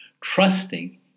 Trusting